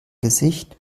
gesicht